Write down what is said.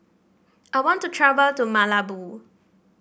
I want to travel to Malabo